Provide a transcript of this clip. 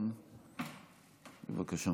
בבקשה.